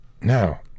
now